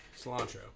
Cilantro